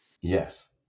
Yes